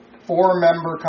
four-member